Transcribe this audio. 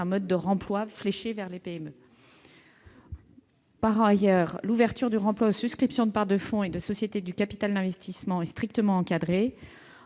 mode de remploi fléché vers les PME. Par ailleurs, l'ouverture du remploi aux souscriptions de parts de fonds et de sociétés du capital d'investissement est strictement encadrée.